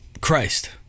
Christ